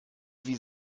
wie